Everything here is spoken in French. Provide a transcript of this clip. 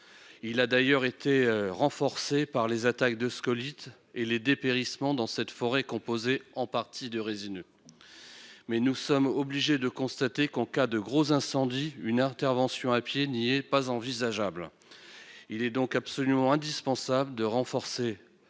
Il a d'ailleurs été renforcé par les attaques de scolytes et le dépérissement- cette forêt est composée en partie de résineux. Nous sommes obligés de le constater, en cas de gros incendie, une intervention à pied n'est pas envisageable. Il est donc absolument indispensable de renforcer